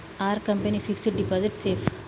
Are company fixed deposit safe?